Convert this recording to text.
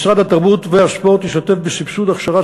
משרד התרבות והספורט השתתף בסבסוד הכשרת